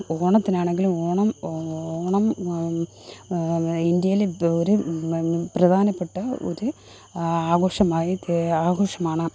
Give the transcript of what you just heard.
ഓണത്തിനാണെങ്കിലും ഓണം ഓണം ഇന്ഡ്യയില് ഒര് പ്രധാനപ്പെട്ട ഒരു ആഘോഷമായി തീ ആഘോഷമാണ്